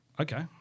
okay